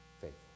faithful